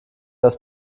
das